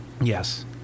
Yes